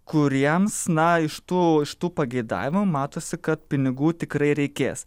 kuriems na iš tų iš tų pageidavimų matosi kad pinigų tikrai reikės